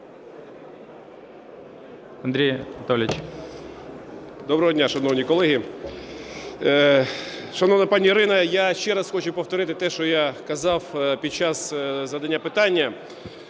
А.А. Доброго дня, шановні колеги! Шановна пані Ірина, я ще раз хочу повторити те, що я казав під час задавання питання.